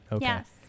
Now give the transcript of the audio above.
Yes